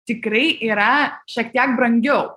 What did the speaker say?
tikrai yra šiek tiek brangiau